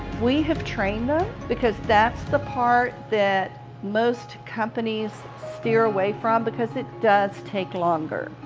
we have trained them because that's the part that most companies steer away from because it does take longer.